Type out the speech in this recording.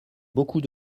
beaucoup